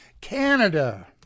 Canada